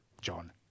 John